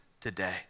today